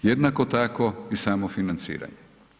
Jednako tako i samo financiranje.